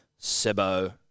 Sebo